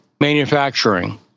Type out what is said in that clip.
manufacturing